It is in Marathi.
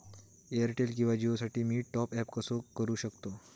एअरटेल किंवा जिओसाठी मी टॉप ॲप कसे करु शकतो?